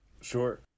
Sure